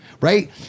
right